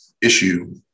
issue